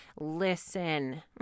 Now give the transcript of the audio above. Listen